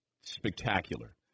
spectacular